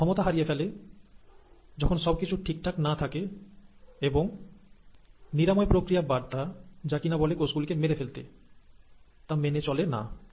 তারা ক্ষমতা হারিয়ে ফেলে যখন সবকিছু ঠিকঠাক না থাকে এবং নিরাময় প্রক্রিয়া বার্তা যা কিনা বলে কোষগুলিকে মেরে ফেলতে তা মেনে চলে না